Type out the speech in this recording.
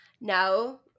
Now